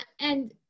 and-